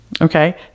Okay